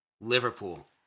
Liverpool